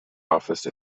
office